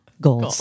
goals